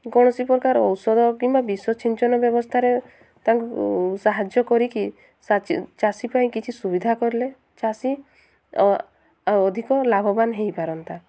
କୌଣସି ପ୍ରକାର ଔଷଧ କିମ୍ବା ବିଶ୍ୱ ଛିଞ୍ଚନ ବ୍ୟବସ୍ଥାରେ ତାଙ୍କୁ ସାହାଯ୍ୟ କରିକି ଚାଷୀ ପାଇଁ କିଛି ସୁବିଧା କଲେ ଚାଷୀ ଅଧିକ ଲାଭବାନ ହେଇପାରନ୍ତା